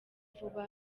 vuba